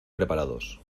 preparados